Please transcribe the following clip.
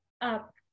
up